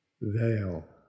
veil